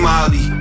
Molly